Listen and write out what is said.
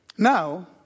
Now